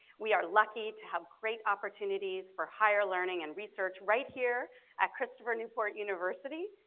we are lucky to have great opportunities for higher learning and research right here at christopher newport university,